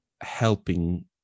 helping